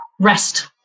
rest